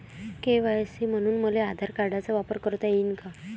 KYC म्हनून मले आधार कार्डाचा वापर करता येईन का?